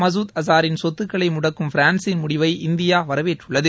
மசூத் அசாரின் சொத்துக்களை முடக்கும் பிரான்சின் முடிவை இந்தியா வரவேற்றுள்ளது